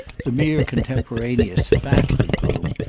the mere contemporaneous fact of whom,